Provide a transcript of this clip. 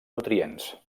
nutrients